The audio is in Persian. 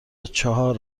چعر